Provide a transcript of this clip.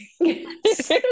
Yes